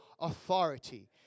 authority